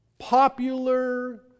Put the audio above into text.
popular